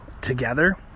together